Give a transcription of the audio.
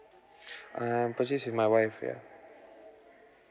I'm purchase with my wife ya